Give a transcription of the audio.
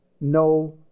no